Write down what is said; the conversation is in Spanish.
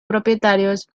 propietarios